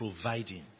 providing